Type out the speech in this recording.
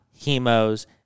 hemos